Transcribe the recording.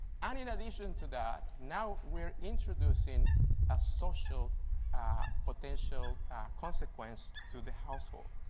and in addition to that, now we're introducing a social potential consequence to the hospital.